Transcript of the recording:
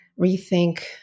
rethink